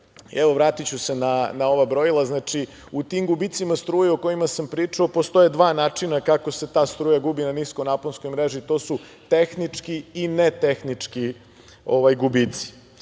vratiću se na ova brojila. Znači, u tim gubicima struje o kojima sam pričao postoje dva načina kako se ta struja gubi na niskonaponskoj mreži. To su tehnički i netehnički gubici. Kada